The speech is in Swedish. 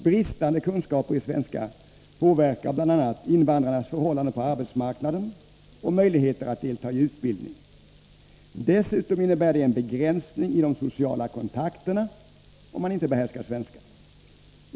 Bristande kunskaper i svenska påverkar bl.a. invandrarnas förhållanden på arbetsmarknaden och möjligheter att delta i utbildning. Dessutom innebär det en begränsning i de sociala kontakterna om man inte behärskar svenska.